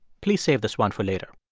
please save this one for later.